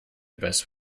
best